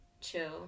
chill